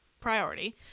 priority